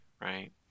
right